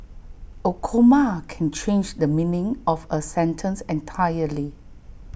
A comma can change the meaning of A sentence entirely